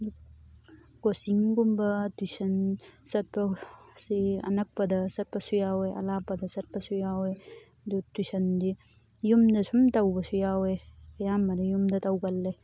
ꯀꯣꯆꯤꯡꯒꯨꯝꯕ tuition ꯆꯠꯄ ꯁꯤ ꯑꯅꯛꯄꯗ ꯆꯠꯄꯁꯨ ꯌꯥꯎꯋꯦ ꯑꯔꯥꯞꯄꯗ ꯆꯠꯄꯁꯨ ꯌꯥꯎꯋꯦ ꯑꯗꯨ ꯇ꯭ꯌꯨꯏꯁꯟꯗꯤ ꯌꯨꯝꯗ ꯁꯨꯝ ꯇꯧꯕꯁꯨ ꯌꯥꯏꯋꯦ ꯑꯌꯥꯝꯕꯅ ꯌꯨꯝꯗ ꯇꯧꯒꯜꯂꯦ